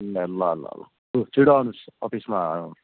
ल ल ल लु छिटो आउनुहोस् अफिसमा